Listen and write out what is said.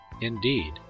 Indeed